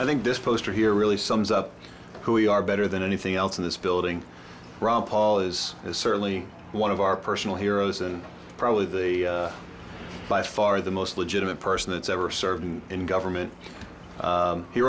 i think this poster here really sums up who we are better than anything else in this building ron paul is certainly one of our personal heroes and probably the by far the most legitimate person that's ever served in government